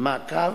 מעקב